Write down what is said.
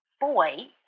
boy